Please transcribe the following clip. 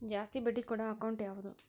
ಜಾಸ್ತಿ ಬಡ್ಡಿ ಕೊಡೋ ಅಕೌಂಟ್ ಯಾವುದು?